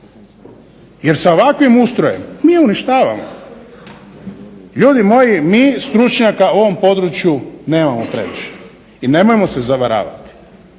jer sa ovakvim ustrojem mi je uništavamo. Ljudi moji, mi stručnjaka u ovom području nemamo previše i nemojmo se zavaravat.